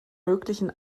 möglichen